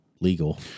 legal